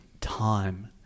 time